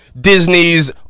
Disney's